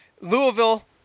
Louisville